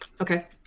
Okay